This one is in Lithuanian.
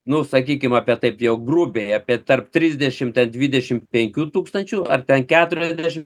nu sakykim apie taip jau grubiai apie tarp trisdešimt ir dvidešimt penkių tūkstančių ar ten keturiasdešimt